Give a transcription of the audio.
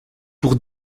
pour